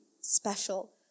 special